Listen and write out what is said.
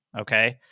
okay